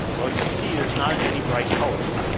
well, you see there's not as many bright colors.